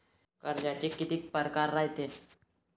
कर्जाचे कितीक परकार रायते?